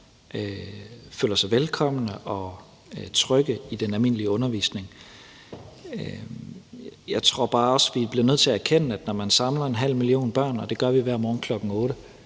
føler sig velkomne og trygge i den almindelige undervisning. Jeg tror bare også, vi bliver nødt til at erkende, at når man samler en halv million børn, og det gør vi hver morgen kl.